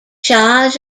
shah